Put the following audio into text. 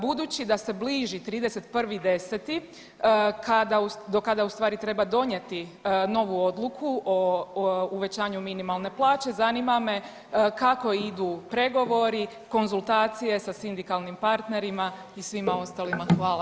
Budući da se bliži 31.10. kada, do kada u stvari treba donijeti novu odluku o uvećanju minimalne plaće zanima me kako idu pregovori, konzultacije sa sindikalnim partnerima i svima ostalima.